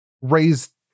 raised